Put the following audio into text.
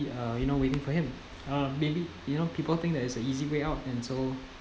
uh you know waiting for him uh maybe you know people think that is the easy way out and so